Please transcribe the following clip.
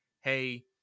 Hey